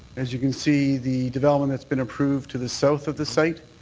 as you can see, the development that's been approved to the south of the site,